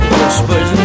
Whispers